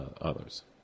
others